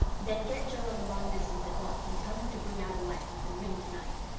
then get joe on the long-distance at once and tell him to bring out a license and ring tonight.